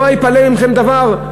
לא ייפלא מכם דבר.